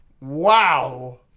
Wow